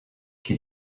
qui